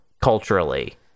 culturally